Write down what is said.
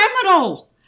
criminal